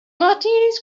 martinis